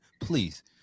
Please